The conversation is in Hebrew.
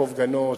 יעקב גנות,